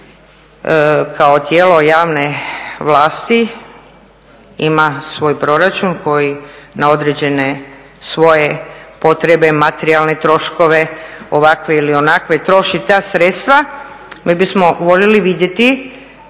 kao tijelo javne vlasti ima svoj proračun koji na određene svoje potrebe, materijalne troškove ovakve ili onakve troši ta sredstva. Mi bismo voljeli vidjeti